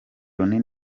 ruri